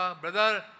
Brother